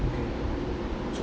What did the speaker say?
okay